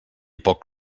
poc